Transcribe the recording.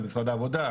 אז עם משרד העבודה,